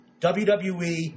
WWE